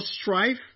strife